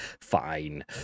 fine